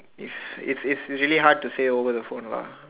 it's it's it's really hard to say over the phone lah